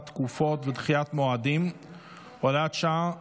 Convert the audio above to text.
תקופות ודחיית מועדים (הוראת שעה,